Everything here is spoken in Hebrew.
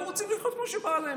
הם רוצים לחיות כמו שבא להם.